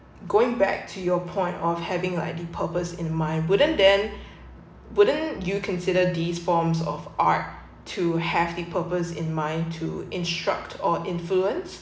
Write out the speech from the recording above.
going back to your point of having a at the purpose in mind wouldn't then wouldn't you consider these forms of art to have a purpose in mind to instruct or influence